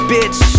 Bitch